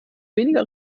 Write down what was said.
weniger